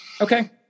Okay